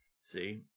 See